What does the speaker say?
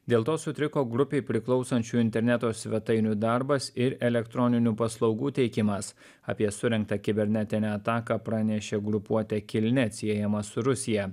dėl to sutriko grupei priklausančių interneto svetainių darbas ir elektroninių paslaugų teikimas apie surengtą kibernetinę ataką pranešė grupuotė kilnet siejama su rusija